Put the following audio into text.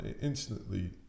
Instantly